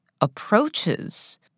approaches